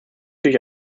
durch